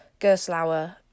Gerslauer